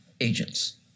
agents